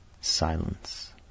Silence